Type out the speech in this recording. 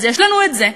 אז יש לנו את זה.